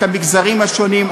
את המגזרים השונים,